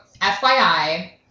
FYI